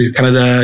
Canada